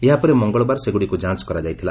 ଏହାପରେ ମଙ୍ଗଳବାର ସେଗୁଡ଼ିକ୍ ଯାଞ୍ଚ କରାଯାଇଥିଲା